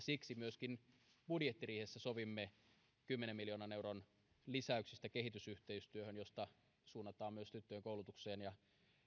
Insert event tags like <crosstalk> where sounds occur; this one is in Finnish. <unintelligible> siksi myöskin budjettiriihessä sovimme kymmenen miljoonan euron lisäyksestä kehitysyhteistyöhön josta suunnataan myös tyttöjen koulutukseen ja